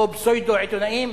או פסאודו-עיתונאים: